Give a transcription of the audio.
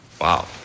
Wow